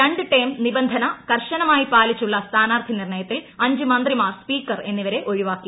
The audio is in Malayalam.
രണ്ട് ടേം നിബന്ധന കർശനമായി പാലിച്ചുള്ള സ്ഥാനാർത്ഥി നിർണ്ണയത്തിൽ അഞ്ച് മന്ത്രിമാർ സ്പീക്കർ എന്നിവരെ ഒഴിവാക്കി